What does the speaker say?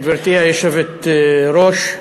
גברתי היושבת-ראש,